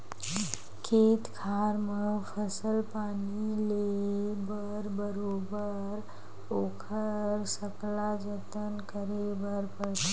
खेत खार म फसल पानी ले बर बरोबर ओखर सकला जतन करे बर परथे